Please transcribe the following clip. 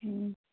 ꯎꯝ